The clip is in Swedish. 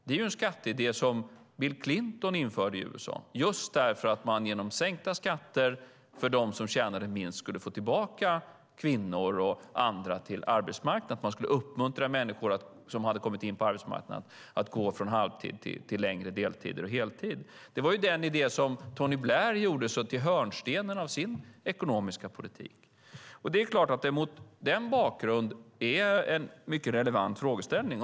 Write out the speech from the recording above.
Det är en skatteidé som Bill Clinton införde i USA just för att man genom sänkta skatter för dem som tjänade minst skulle få tillbaka kvinnor och andra till arbetsmarknaden. Man skulle uppmuntra människor som hade kommit in på arbetsmarknaden att gå från halvtid till längre deltider och heltid. Det var den idé som Tony Blair gjorde till hörnstenen av sin ekonomiska politik. Mot den bakgrunden är det en mycket relevant frågeställning.